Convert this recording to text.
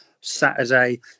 Saturday